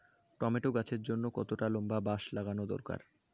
Tomato গাছের জন্যে কতটা লম্বা বাস লাগানো দরকার?